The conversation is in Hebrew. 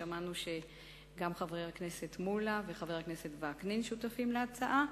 ושמענו שגם חבר הכנסת מולה וחבר הכנסת וקנין שותפים להצעה.